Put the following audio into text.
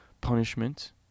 punishment